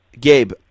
gabe